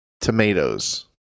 Tomatoes